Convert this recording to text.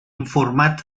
informat